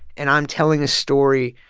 and i'm telling a story,